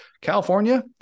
California